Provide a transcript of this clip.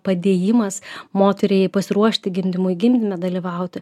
padėjimas moteriai pasiruošti gimdymui gimdyme dalyvauti